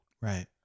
Right